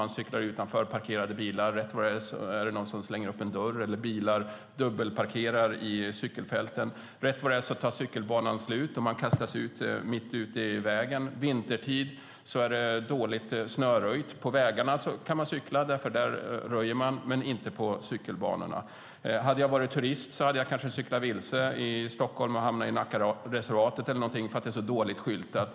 Man cyklar utanför parkerade bilar, och rätt som det är slänger någon upp en dörr. Bilar dubbelparkerar i cykelfälten. Plötsligt tar cykelbanan slut, och man kastas ut mitt i vägen. Vintertid är det dåligt snöröjt på vägarna. Men där kan man cykla eftersom det röjs där. Men det görs inte på cykelbanorna. Hade jag varit turist hade jag kanske cyklat vilse i Stockholm och hamnat i Nackareservatet eller någon annanstans eftersom det är så dåligt skyltat.